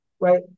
right